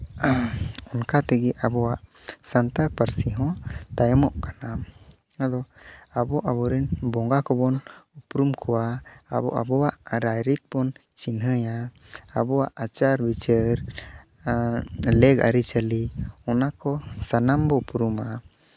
ᱚᱱᱠᱟ ᱛᱮᱜᱮ ᱟᱵᱚᱣᱟᱜ ᱥᱟᱱᱛᱟᱲ ᱯᱟᱹᱨᱥᱤ ᱦᱚᱸ ᱛᱟᱭᱚᱢᱚᱜ ᱠᱟᱱᱟ ᱟᱫᱚ ᱟᱵᱚ ᱟᱵᱚᱨᱮᱱ ᱵᱚᱸᱜᱟ ᱠᱚᱵᱚᱱ ᱩᱯᱨᱩᱢ ᱠᱚᱣᱟ ᱟᱵᱚ ᱟᱵᱚᱣᱟᱜ ᱨᱟᱹᱭᱨᱤᱛ ᱵᱚᱱ ᱪᱤᱱᱦᱟᱹᱭᱟ ᱟᱵᱚᱣᱟᱜ ᱟᱪᱟᱨ ᱵᱤᱪᱟᱹᱨ ᱞᱮᱜᱽ ᱟᱹᱨᱤᱼᱪᱟᱹᱞᱤ ᱚᱱᱟ ᱠᱚ ᱥᱟᱱᱟᱢ ᱵᱚᱱ ᱩᱯᱨᱩᱢᱟ